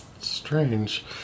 strange